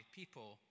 people